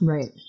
Right